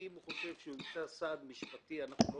כי אם הוא חושב שהוא ימצא סעד משפטי אנחנו לא